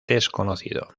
desconocido